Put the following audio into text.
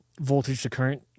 voltage-to-current